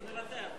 מוותר.